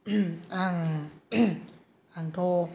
आं आंथ'